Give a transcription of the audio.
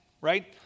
right